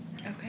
Okay